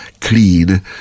clean